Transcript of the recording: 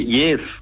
yes